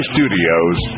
Studios